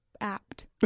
apt